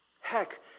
Heck